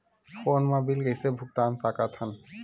Phone मा bill कइसे भुक्तान साकत हन?